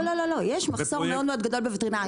יש מחסור גדול מאוד בווטרינרים.